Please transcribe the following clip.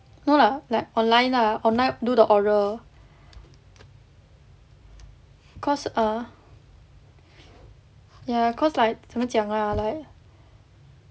no lah like online lah online do the oral cause err ya cause like 怎么讲 lah like